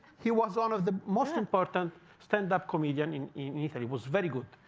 he was one of the most important stand-up comedian in in italy was very good,